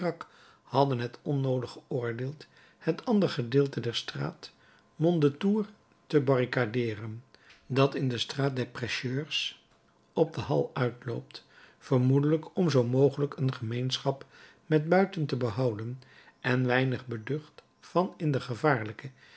hadden het onnoodig geoordeeld het ander gedeelte der straat mondétour te barricadeeren dat in de straat des prêcheurs op de halles uitloopt vermoedelijk om zoo mogelijk een gemeenschap met buiten te behouden en weinig beducht van in de gevaarlijke